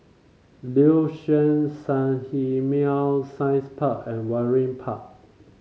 Liuxun Sanhemiao Science Park and Waringin Park